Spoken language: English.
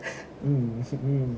mm